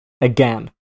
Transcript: again